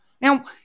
Now